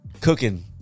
Cooking